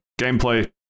gameplay